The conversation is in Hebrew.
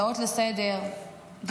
-- הצעות לסדר-יום,